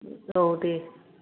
औ दे